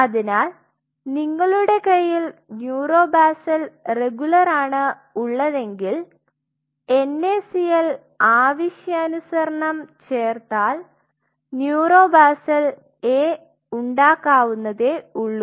അതിനാൽ നിങ്ങളുടെ കയ്യിൽ ന്യൂറോ ബാസൽ റഗുലർ ആണ് ഉള്ളതെങ്കിൽ NaCl ആവശ്യാനുസരണം ചേർത്താൽ ന്യൂറോ ബാസൽ A ഉണ്ടാകാവുന്നതേ ഉള്ളു